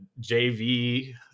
JV